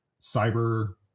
cyber